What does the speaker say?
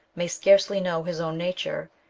may scarcely know his own nature,